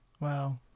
Wow